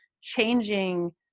changing